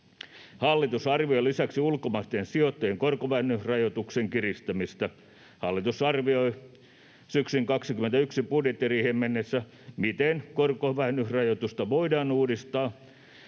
Hallitus arvioi lisäksi ulkomaisten sijoittajien korkovähennysrajoituksen kiristämistä. Hallitus arvioi syksyn 21 budjettiriiheen mennessä, miten korkovähennysrajoitusta voidaan uudistaa